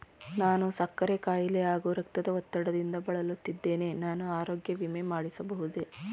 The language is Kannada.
ನಾನು ಸಕ್ಕರೆ ಖಾಯಿಲೆ ಹಾಗೂ ರಕ್ತದ ಒತ್ತಡದಿಂದ ಬಳಲುತ್ತಿದ್ದೇನೆ ನಾನು ಆರೋಗ್ಯ ವಿಮೆ ಮಾಡಿಸಬಹುದೇ?